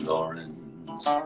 Lawrence